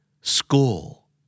School